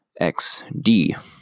XD